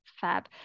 Fab